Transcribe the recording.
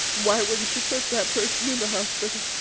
why wouldn't you put that person in the hospital?